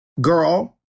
girl